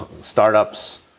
startups